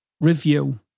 review